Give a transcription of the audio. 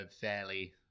fairly